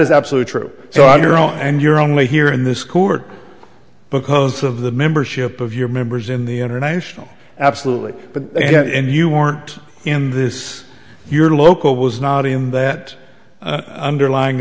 is absolutely true so on your own and you're only here in this court because of the membership of your members in the international absolutely but and you weren't in this your local was not in that underlying